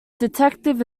detective